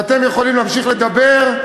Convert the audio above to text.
ואתם יכולים להמשיך לדבר,